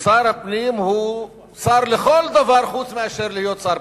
ושר הפנים הוא שר לכל דבר חוץ משר הפנים.